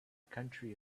country